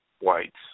Whites